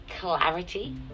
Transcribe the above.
clarity